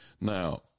Now